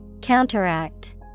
Counteract